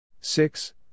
Six